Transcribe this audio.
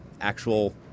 actual